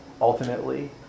Ultimately